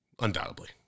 Undoubtedly